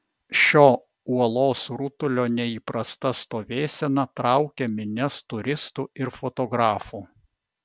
šio uolos rutulio neįprasta stovėsena traukia minias turistų ir fotografų